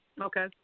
Okay